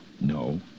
No